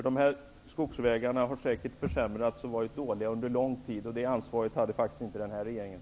Dessa skogsvägar har säkert varit dåliga under lång tid, och det ansvaret hade faktiskt inte den här regeringen.